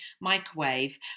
microwave